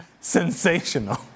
Sensational